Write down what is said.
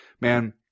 man